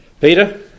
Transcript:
Peter